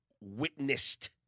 witnessed